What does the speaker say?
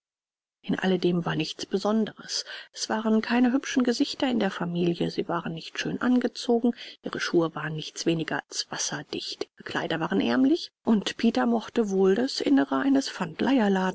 in alle dem war nichts besonderes es waren keine hübschen gesichter in der familie sie waren nicht schön angezogen ihre schuhe waren nichts weniger als wasserdicht ihre kleider waren ärmlich und peter mochte wohl das innere eines